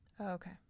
Okay